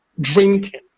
drinking